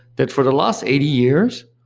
that for the last eighty years,